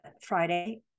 Friday